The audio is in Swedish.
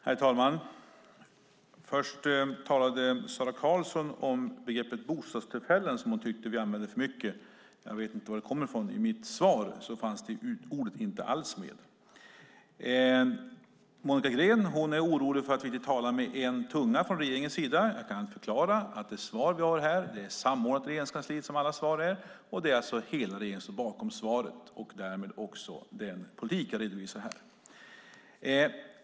Herr talman! Först talade Sara Karlsson om begreppet bostadstillfällen som hon tyckte vi använde för mycket. Jag vet inte vad det kommer ifrån. I mitt svar fanns de orden inte alls med. Monica Green är orolig för att vi inte talar med en tunga från regeringens sida. Jag kan förklara att det svar vi har här är samordnat inom Regeringskansliet som alla svar är. Hela regeringen står bakom svaret och därmed också den politik som jag redovisar här.